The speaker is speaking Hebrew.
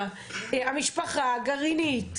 קטנה, המשפחה הגרעינית.